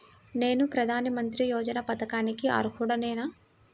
నేను ప్రధాని మంత్రి యోజన పథకానికి అర్హుడ నేన?